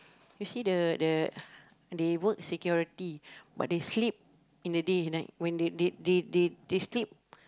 you see the the they work security but they sleep in the day and night when they they they they sleep